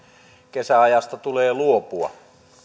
kesäajasta tulee luopua